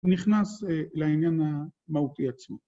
‫ונכנס לעניין המהותי עצמו.